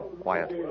Quiet